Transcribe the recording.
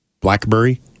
BlackBerry